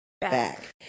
back